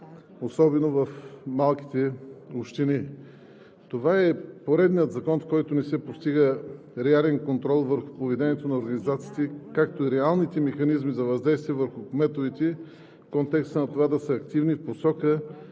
особено в малките общини. Това е поредният закон, в който не се постига реален контрол върху поведението на организациите, както и реалните механизми за въздействие върху кметовете в контекста на това да са активни в посока